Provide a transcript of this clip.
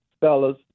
fellas